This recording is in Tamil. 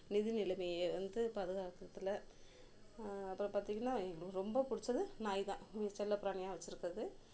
நிதி நிலைமையை வந்து பாதுகாக்குறத்தில் அப்புறம் பார்த்திங்கன்னா எங் ரொம்ப பிடிச்சது நாய் தான் எங்கள் செல்லப்பிராணியாக வச்சிருக்கிறது